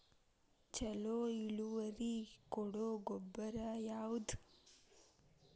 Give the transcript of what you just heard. ಛಲೋ ಇಳುವರಿ ಕೊಡೊ ಗೊಬ್ಬರ ಯಾವ್ದ್?